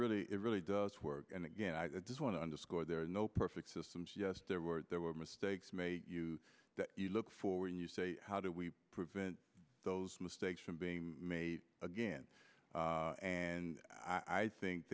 really it really does work and again i just want to underscore there are no perfect systems yes there were there were mistakes made you look forward and you say how do we prevent those mistakes from being made again and i think